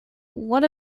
what